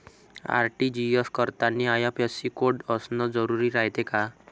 RTGS करतांनी IFSC code असन जरुरी रायते का?